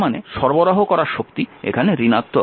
তার মানে সরবরাহ করা শক্তি এখানে ঋণাত্মক